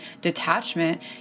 detachment